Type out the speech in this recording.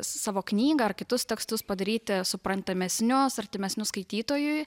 savo knygą ar kitus tekstus padaryti suprantamesnius artimesnius skaitytojui